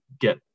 get